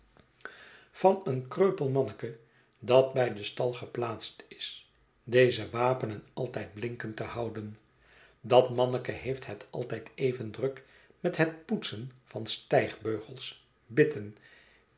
van een kreupel manneke dat bij den stal geplaatst is deze wapenen altijd blinkend te houden dat manneke heeft het altijd even druk met het poetsen van stijgbeugels bitten